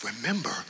remember